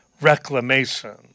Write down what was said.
reclamation